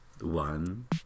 one